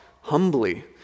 humbly